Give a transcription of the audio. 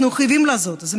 אנחנו חייבים לעשות את זה.